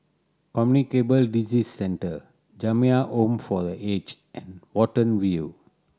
Communicable Disease Centre Jamiyah Home for The Aged and Watten View